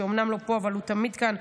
שאומנם לא פה אבל הוא תמיד כאן,